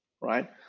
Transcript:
Right